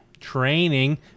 training